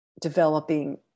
Developing